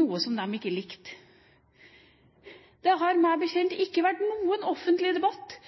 noe som de ikke likte. Det har meg bekjent ikke vært noen offentlig debatt